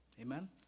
Amen